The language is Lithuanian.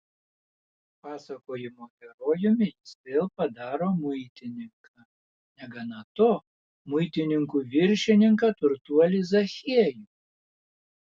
pasakojimo herojumi jis vėl padaro muitininką negana to muitininkų viršininką turtuolį zachiejų